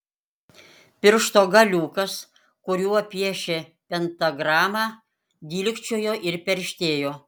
piršto galiukas kuriuo piešė pentagramą dilgčiojo ir perštėjo